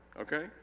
okay